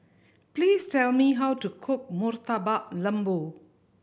please tell me how to cook Murtabak Lembu